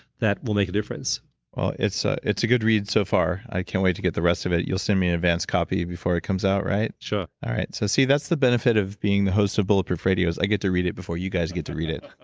that will make a difference well, it's ah it's a good read so far. i can't wait to get the rest of it. you'll send me an advanced copy before it comes out, right? sure all right. so see, that's the benefit of being the host of bulletproof radio is i get to read it before you guys get to read it.